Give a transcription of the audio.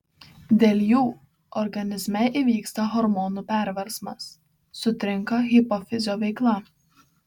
dėl jų organizme įvyksta hormonų perversmas sutrinka hipofizio veikla